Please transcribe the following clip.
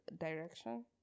direction